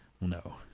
No